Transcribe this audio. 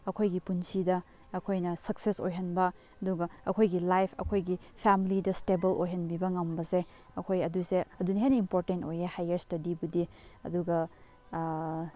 ꯑꯩꯈꯣꯏꯒꯤ ꯄꯨꯟꯁꯤꯗ ꯑꯩꯈꯣꯏꯅ ꯁꯛꯁꯦꯁ ꯑꯣꯏꯍꯟꯕ ꯑꯗꯨꯒ ꯑꯩꯈꯣꯏꯒꯤ ꯂꯥꯏꯐ ꯑꯩꯈꯣꯏꯒꯤ ꯐꯦꯃꯂꯤꯗ ꯏꯁꯇꯦꯕꯜ ꯑꯣꯏꯍꯟꯕꯤꯕ ꯉꯝꯕꯁꯦ ꯑꯩꯈꯣꯏ ꯑꯗꯨꯁꯦ ꯑꯗꯨꯅ ꯍꯦꯟꯅ ꯏꯝꯄꯣꯔꯇꯦꯟ ꯑꯣꯏꯌꯦ ꯍꯥꯏꯌꯔ ꯏꯁꯇꯗꯤꯕꯨꯗꯤ ꯑꯗꯨꯒ